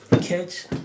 catch